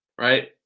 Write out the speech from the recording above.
right